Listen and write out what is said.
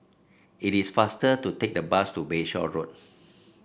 it is faster to take the bus to Bayshore Road